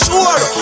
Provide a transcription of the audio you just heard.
Sure